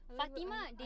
Fatima